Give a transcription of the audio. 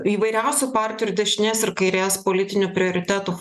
įvairiausių partijų ir dešinės ir kairės politinių prioritetų